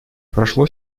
прошло